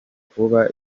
kuba